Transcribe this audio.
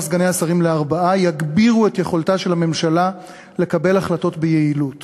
סגני השרים לארבעה יגבירו את יכולתה של הממשלה לקבל החלטות ביעילות